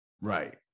Right